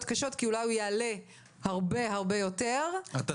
קשות כי אולי הוא יעלה הרבה יותר כסף,